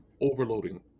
overloading